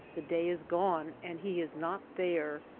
the day is gone and he is not there,